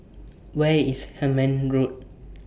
Where IS Hemmant Road